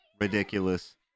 Ridiculous